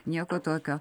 nieko tokio